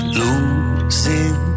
losing